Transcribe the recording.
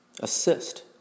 assist